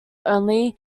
only